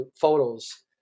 photos